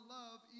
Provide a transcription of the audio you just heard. love